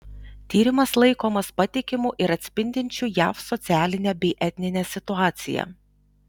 tyrimas laikomas patikimu ir atspindinčiu jav socialinę bei etninę situaciją